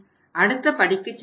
அடுத்த படிக்கு செல்லவேண்டும்